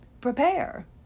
prepare